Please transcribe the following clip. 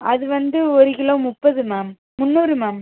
அது வந்து ஒரு கிலோ முப்பது மேம் முந்நூறு மேம்